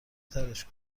ترِش